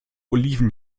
oliven